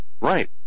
Right